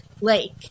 lake